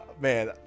man